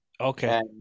Okay